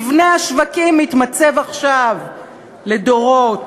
מבנה השווקים מתמצב עכשיו לדורות.